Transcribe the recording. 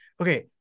Okay